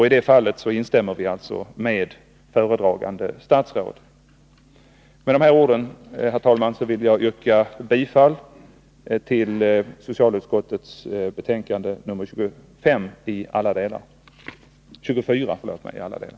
I det fallet instämmer vi alltså med föredragande statsråd. Med de här orden, herr talman, vill jag yrka bifall till socialutskottets hemställan i alla delar i betänkande nr 24.